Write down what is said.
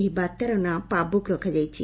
ଏହି ବାତ୍ୟାର ନାଁ ପାବୁକ ରଖାଯାଇଛି